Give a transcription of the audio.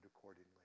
accordingly